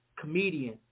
comedian